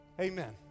Amen